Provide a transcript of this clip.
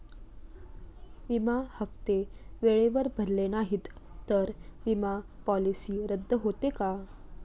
विमा हप्ते वेळेवर भरले नाहीत, तर विमा पॉलिसी रद्द होते का?